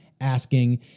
Asking